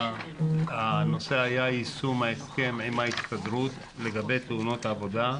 הנושא היה יישום ההסכם עם ההסתדרות לגבי תאונות העבודה.